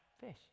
fish